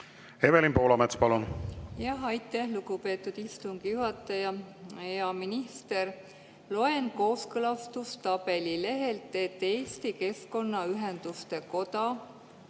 Evelin Poolamets, palun! Aitäh, lugupeetud istungi juhataja! Hea minister! Loen kooskõlastustabeli lehelt, et Eesti Keskkonnaühenduste Koda